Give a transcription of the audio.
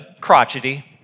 crotchety